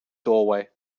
doorway